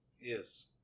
Yes